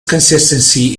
consistency